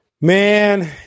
Man